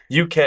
UK